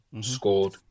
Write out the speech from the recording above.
scored